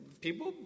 people